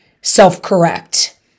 self-correct